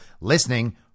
listening